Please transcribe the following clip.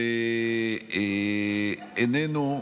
ואיננו,